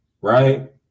right